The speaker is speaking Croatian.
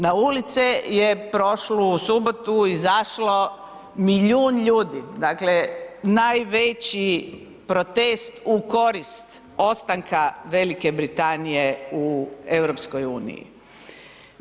Na ulice je prošlu subotu izašlo milijun ljudi, dakle najveći protest u korist ostanka Velike Britanije u EU-u?